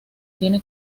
tiene